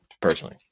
Personally